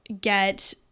get